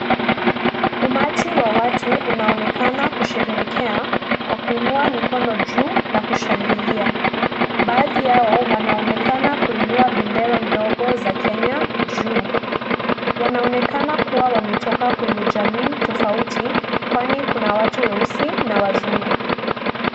Umati wa watu unaonekana kusherehekea, kwa kuinua mikono juu, na kushangilia, baadhi yao, wanaonekana kuinua bendera ndogo, za Kenya, juu, wanaonekana kuwa wametoka kwenye jamii tofauti, kwani kuna watu weusi, na wazungu.